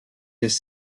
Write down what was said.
his